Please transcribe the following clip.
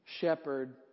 shepherd